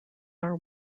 are